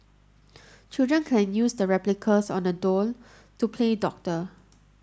children can use the replicas on the doll to play doctor